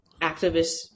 activists